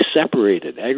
separated